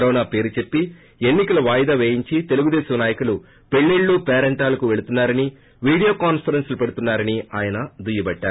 corona పేరు చెప్పి ఎన్ని కల వాయదా అని చెప్పి తెలుగుదేశం నాయకులు పెల్లిళ్లు పేరంటాలకు పెళ్తున్నారని మీడియా కాన్సరెన్సులు పెడుతున్నా రని ఆయన దుయ్యబట్టారు